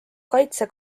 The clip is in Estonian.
kaitse